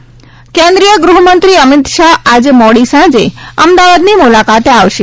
અમિત શાહ કેન્દ્રીય ગૃહમંત્રી અમિત શાહ આજે મોડી સાંજે અમદાવાદની મુલાકાતે આવશે